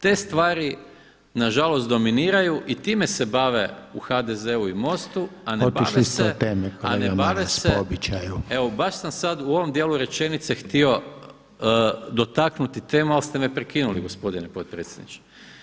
Te stvari nažalost dominiraju i time se bave u HDZ-u i MOST-u a ne bave se [[Upadica: Otišli ste od teme kolega Maras, po običaju.]] A ne bave se, evo baš sam sada u ovom dijelu rečenice htio dotaknuti temu ali ste me prekinuli gospodine potpredsjedniče.